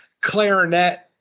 clarinet